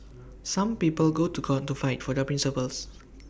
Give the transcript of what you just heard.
some people go to court to fight for their principles